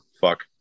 Fuck